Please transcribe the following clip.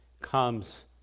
comes